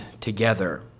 together